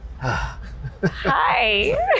Hi